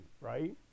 right